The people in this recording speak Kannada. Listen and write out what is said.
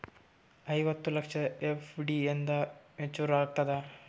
ಐವತ್ತು ಲಕ್ಷದ ಎಫ್.ಡಿ ಎಂದ ಮೇಚುರ್ ಆಗತದ?